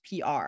PR